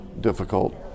difficult